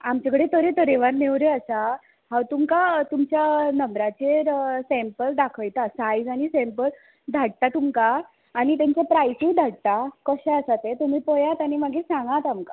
आमचे कडेन तरे तरेवार नेवऱ्यो आसा हांव तुमकां तुमच्या नंब्राचेर सँपल दाखयता सायज आनी सँपल धाडटा तुमकां आनी तांचे प्रायसूय धाडटा कशें आसा तें तुमी पळयात आनी मागीर सांगात आमकां